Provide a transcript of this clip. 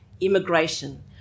Immigration